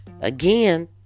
again